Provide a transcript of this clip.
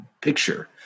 picture